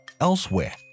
elsewhere